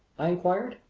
i inquired.